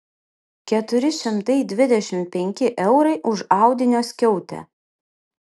keturi šimtai dvidešimt penki eurai už audinio skiautę